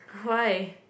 why